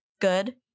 good